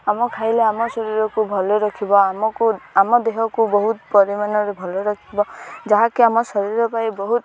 ଆମ ଖାଇଲେ ଆମ ଶରୀରକୁ ଭଲ ରଖିବ ଆମକୁ ଆମ ଦେହକୁ ବହୁତ ପରିମାଣରେ ଭଲ ରଖିବ ଯାହାକି ଆମ ଶରୀର ପାଇଁ ବହୁତ